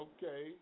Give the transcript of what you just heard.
Okay